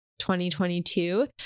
2022